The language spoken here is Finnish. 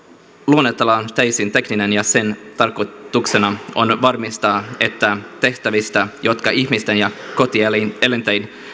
luonteeltaan täysin tekninen ja sen tarkoituksena on varmistaa että tehtävistä jotka ihmisten ja kotieläinten